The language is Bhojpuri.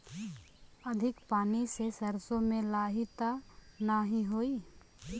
अधिक पानी से सरसो मे लाही त नाही होई?